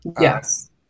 Yes